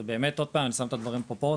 אני באמת עוד פעם שם את הדברים בפרופורציות,